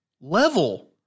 level